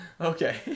Okay